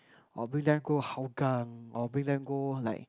or bring them go Hougang or bring them go like